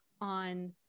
on